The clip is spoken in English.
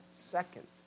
second